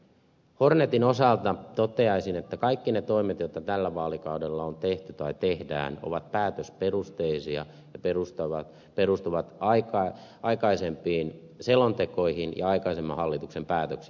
hornetin osalta toteaisin että kaikki ne toimet joita tällä vaalikaudella on tehty tai tehdään ovat päätösperusteisia ja perustuvat aikaisempiin selontekoihin ja aikaisemman hallituksen päätöksiin